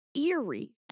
eerie